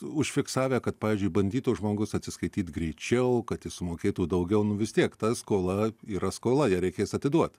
užfiksavę kad pavyzdžiui bandytų žmogus atsiskaityt greičiau kad jis sumokėtų daugiau nu vis tiek ta skola yra skola ją reikės atiduot